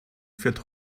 fährt